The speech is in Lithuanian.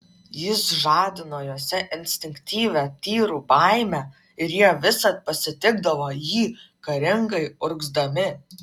jis žadino juose instinktyvią tyrų baimę ir jie visad pasitikdavo jį karingai urgzdami